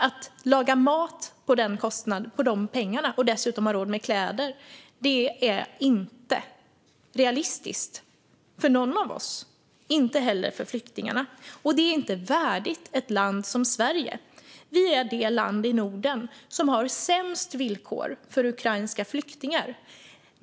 Att laga mat för de pengarna och dessutom ha råd med kläder är inte realistiskt för någon av oss, inte heller för flyktingarna. Det är inte heller värdigt ett land som Sverige. Vi är det land i Norden som har sämst villkor för ukrainska flyktingar.